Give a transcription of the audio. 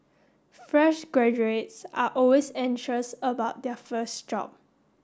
fresh graduates are always anxious about their first job